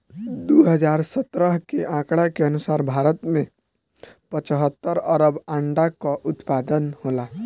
दू हज़ार सत्रह के आंकड़ा के अनुसार भारत में पचहत्तर अरब अंडा कअ उत्पादन होला